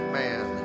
man